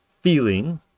feeling